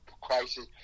crisis